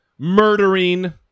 murdering